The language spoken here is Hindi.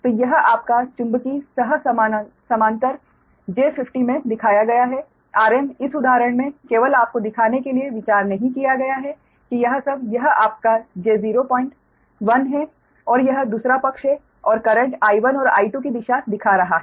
तो यह आपका चुंबकिय सह समांतर j50 में दिखाया गया है rm इस उदाहरण में केवल आपको दिखाने के लिए विचार नहीं किया गया है कि यह सब यह आपका j010 है और यह दूसरा पक्ष है और करेंट I1 और I2 की दिशा दिखा रहा है